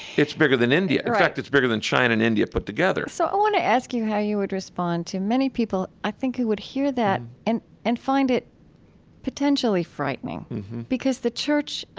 it's bigger than india right in fact, it's bigger than china and india put together so i want to ask you how you would respond to many people, i think, who would hear that and and find it potentially frightening because the church,